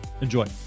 Enjoy